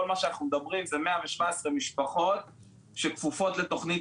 כל מה שאנחנו מדברים זה 117 משפחות שכפופות לתוכנית